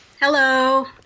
Hello